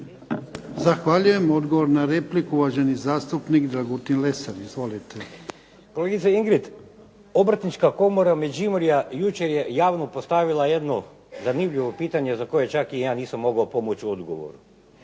Zahvaljujem. Odgovor na repliku, uvaženi zastupnik Dragutin Lesar. Izvolite. **Lesar, Dragutin (Nezavisni)** Kolegice Ingrid, Obrtnička komora Međimurja jučer je javno postavila jedno zanimljivo pitanje, za koje čak i ja nisam mogao pomoći u odgovoru.